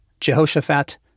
Jehoshaphat